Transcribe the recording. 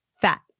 fat